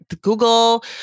Google